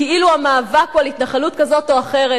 כאילו המאבק הוא על התנחלות כזאת או אחרת,